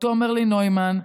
תומר לי-נוימן,